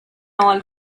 all